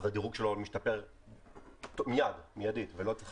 אז הדירוג שלו משתפר מיידית ולא צריך